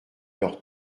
leur